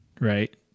right